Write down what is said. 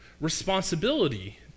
responsibility